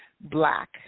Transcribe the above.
black